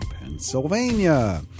Pennsylvania